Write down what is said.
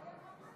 חברי הכנסת,